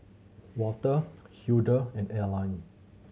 Walter Hildur and Arline